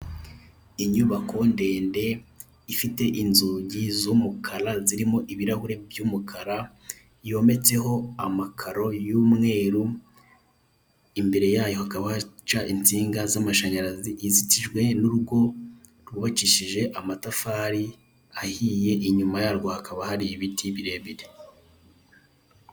Inyubako ndende ifite inzugi z'umukara zirimo ibirahure by'umukara, yometseho amakaro y'umweru, imbere yayo hakaba haca insinga z'amashinyarazi, ikikijwe n'urugo rwubakishijwe amatafari ahiye, inyuma yarwo hakaba hari ibiti birebire.